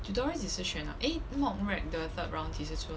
tutorial 几时选啊 eh mod reg 的 third round 几时出